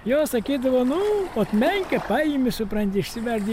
jo sakydavo nu ot menkė paimi supranti išsiverdi